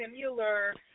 similar